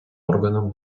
органом